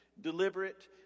deliberate